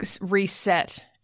reset